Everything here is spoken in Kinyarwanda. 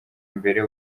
imbere